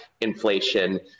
inflation